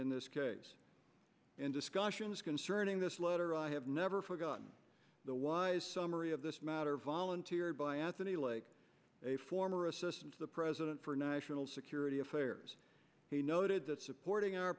in this case in discussions concerning this letter i have never forgotten the whys summary of this matter volunteered by anthony lake a former assistant to the president for national security affairs he noted that supporting our